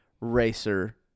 racer